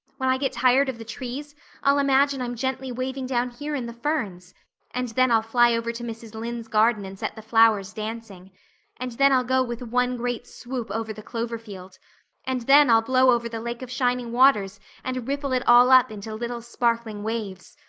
when i get tired of the trees i'll imagine i'm gently waving down here in the ferns and then i'll fly over to mrs. lynde's garden and set the flowers dancing and then i'll go with one great swoop over the clover field and then i'll blow over the lake of shining waters and ripple it all up into little sparkling waves.